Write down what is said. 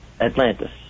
Atlantis